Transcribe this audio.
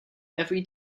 every